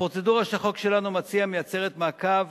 הפרוצדורה שהחוק שלנו מציע מייצרת מעקב